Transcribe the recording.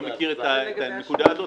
לא מכיר את הנקודה הזאת,